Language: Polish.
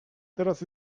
teraz